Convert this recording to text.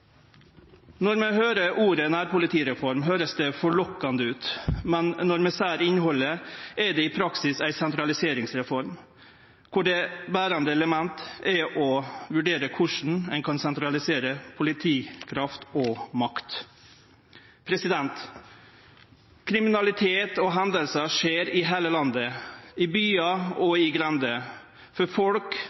Når vi høyrer ordet «nærpolitireform», høyrest det forlokkande ut, men når vi ser innhaldet, er det i praksis ei sentraliseringsreform der det bærande elementet er å vurdere korleis ein kan sentralisere politikraft og -makt. Kriminalitet og hendingar skjer i heile landet, i byar og i grender. For folk